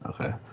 okay